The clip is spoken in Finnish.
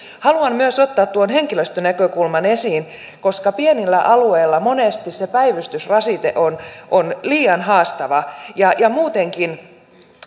haluan myös ottaa tuon henkilöstönäkökulman esiin koska pienillä alueilla monesti se päivystysrasite on on liian haastava ja ja muutenkin